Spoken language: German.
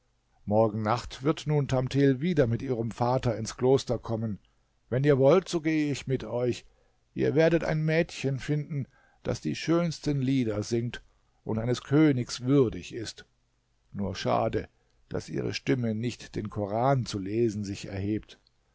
morgen nacht wird nun tamthil wieder mit ihrem vater ins kloster kommen wenn ihr wollt so gehe ich mit euch ihr werdet ein mädchen finden das die schönsten lieder singt und eines königs würdig ist nur schade daß ihre stimme nicht den koran zu lesen sich erhebt